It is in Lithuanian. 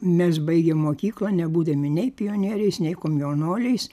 mes baigėm mokyklą nebūdami nei pionieriais nei komjaunuoliais